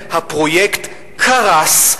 הפרויקט קרס.